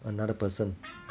another person